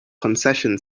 concession